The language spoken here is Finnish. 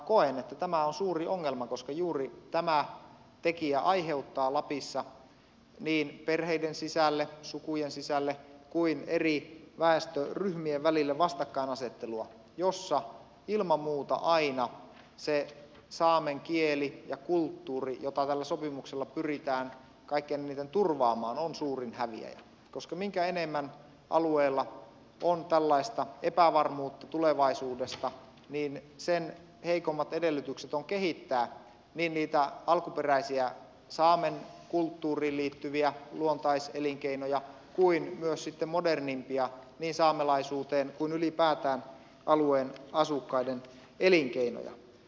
koen että tämä on suuri ongelma koska juuri tämä tekijä aiheuttaa lapissa niin perheiden sisälle sukujen sisälle kuin eri väestöryhmien välille vastakkainasettelua jossa ilman muuta aina se saamen kieli ja kulttuuri jota tällä sopimuksella pyritään kaikkein eniten turvaamaan on suurin häviäjä koska minkä enemmän alueella on tällaista epävarmuutta tulevaisuudesta niin sen heikommat edellytykset on kehittää niin niitä alkuperäisiä saamen kulttuuriin liittyviä luontaiselinkeinoja kuin myös sitten modernimpia niin saamelaisuuteen liittyviä kuin ylipäätään alueen asukkaiden elinkeinoja